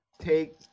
take